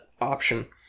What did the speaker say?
option